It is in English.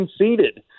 conceded